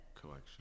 Collection